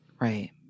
right